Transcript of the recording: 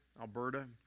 Alberta